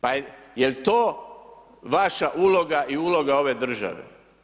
Pa jel to vaša uloga i uloga ove države?